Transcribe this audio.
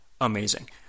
Amazing